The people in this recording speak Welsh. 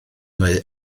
neu